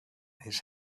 his